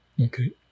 Okay